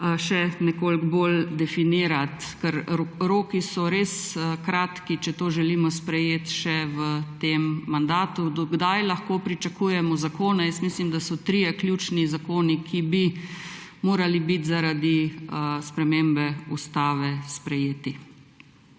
še nekoliko bolj definirati. Roki so res kratki, če to želimo sprejeti še v tem mandatu. Do kdaj lahko pričakujemo zakone? Jaz mislim, da so trije ključni zakoni, ki bi morali biti zaradi spremembe ustave sprejeti.